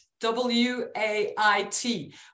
W-A-I-T